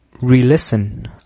re-listen